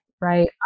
Right